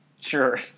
Sure